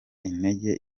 intege